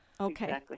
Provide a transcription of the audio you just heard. Okay